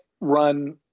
run